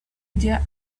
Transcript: idea